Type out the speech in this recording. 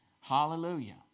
Hallelujah